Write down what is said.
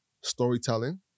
storytelling